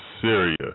Syria